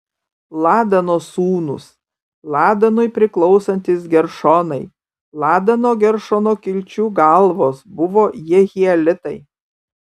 ladano sūnūs ladanui priklausantys geršonai ladano geršono kilčių galvos buvo jehielitai